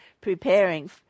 preparing